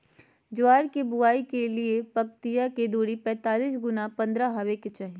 ज्वार के बुआई के लिए पंक्तिया के दूरी पैतालीस गुना पन्द्रह हॉवे के चाही